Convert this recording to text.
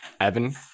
Evan